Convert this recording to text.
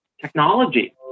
Technology